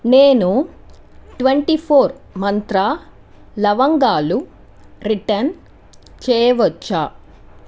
నేను twenty four మంత్ర లవంగాలు రిటర్న్ చేయవచ్చా